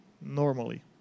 normally